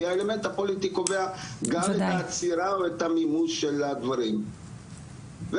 כי האלמנט הפוליטי קובע גם את העצירה ואת המימוש של הדברים ואז